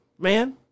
Man